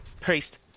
Priest